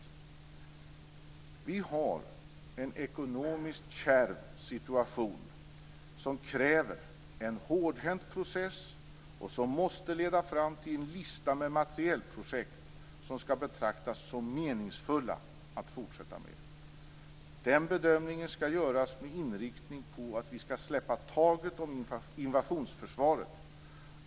Vi har en ekonomiskt kärv situation, som kräver en hårdhänt process och som måste leda fram till en lista med materielprojekt som skall betraktas som meningsfulla att fortsätta med. Den bedömningen skall göras med inriktning på att vi skall släppa taget om invasionsförsvaret.